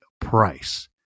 price